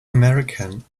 american